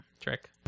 trick